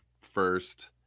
first